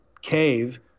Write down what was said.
cave